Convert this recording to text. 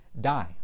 die